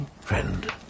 friend